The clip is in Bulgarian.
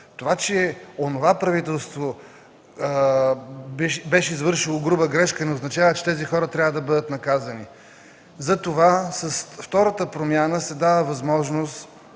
Това, че онова правителство беше извършило груба грешка, не означава, че тези хора трябва да бъдат наказани. Затова с втората промяна се дава възможност